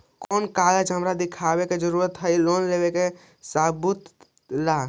कौन कागज हमरा दिखावे के जरूरी हई लोन लेवे में सबूत ला?